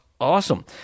awesome